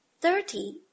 Thirty